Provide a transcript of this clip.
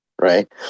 Right